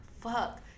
Fuck